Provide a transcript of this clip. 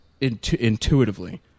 intuitively